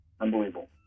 Unbelievable